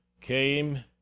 came